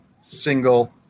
single